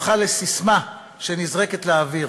הפכה לססמה שנזרקת לאוויר,